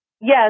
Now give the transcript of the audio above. Yes